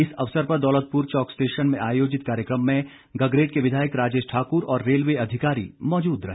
इस अवसर पर दौलतपुर चौक स्टेशन में आयोजित कार्यक्रम में गगरेट के विधायक राजेश ठाकुर और रेलवे अधिकारी मौजूद रहे